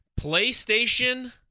PlayStation